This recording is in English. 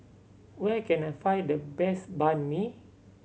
where can I find the best Banh Mi